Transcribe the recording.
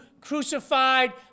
crucified